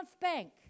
Bank